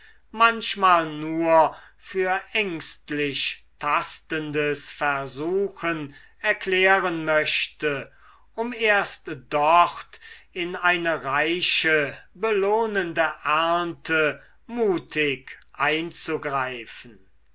manchmal nur für ängstlich tastendes versuchen erklären möchte um erst dort in eine reiche belohnende ernte mutig einzugreifen